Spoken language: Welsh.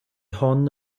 hon